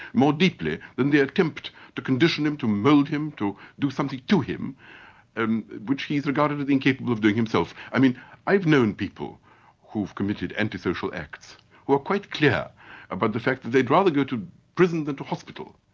more deeply than the attempt to condition him, to mould him, to do something to him and which he's regarded as incapable of doing himself. i mean i've known people who've committed antisocial acts who are quite clear about the fact that they'd rather go to prison than to hospital.